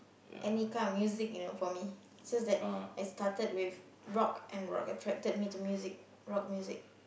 any kind of music you know for me just that I started with rock and rock attracted me to music rock music